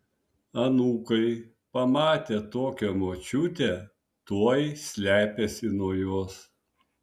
anūkai pamatę tokią močiutę tuoj slepiasi nuo jos